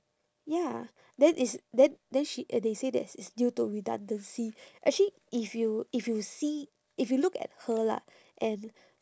ya then it's then then she and they say that it's due to redundancy actually if you if you see if you look at her lah and